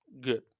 good